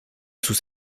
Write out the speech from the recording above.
sus